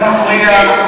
גם מפריע.